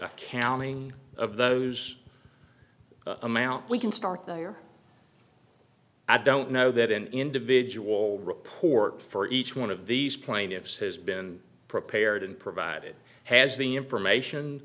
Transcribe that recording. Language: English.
accounting of those amount we can start the year i don't know that an individual report for each one of these plaintiffs has been prepared and provided has the information